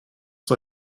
zur